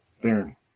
Theron